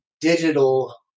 digital